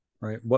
right